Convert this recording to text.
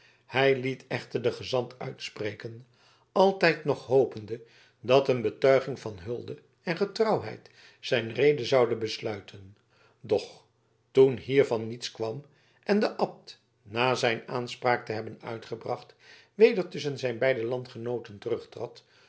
hij liet echter den gezant uitspreken altijd nog hopende dat een betuiging van hulde en getrouwheid zijn rede zoude besluiten doch toen hiervan niets kwam en de abt na zijn aanspraak te hebben uitgebracht weder tusschen zijn beide landgenooten